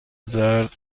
زرد